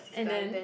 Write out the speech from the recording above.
and then